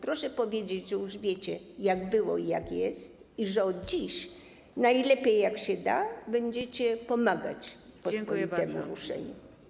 Proszę powiedzieć, że już wiecie, jak było i jak jest, i że od dziś, najlepiej jak się da, będziecie pomagać pospolitemu ruszeniu.